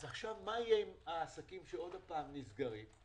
אז עכשיו מה יהיה עם העסקים שעוד פעם נסגרים?